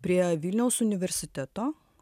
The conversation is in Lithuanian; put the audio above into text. prie vilniaus universiteto